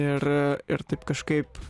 ir ir taip kažkaip